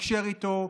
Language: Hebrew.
לתקשר איתו,